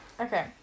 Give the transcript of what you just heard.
Okay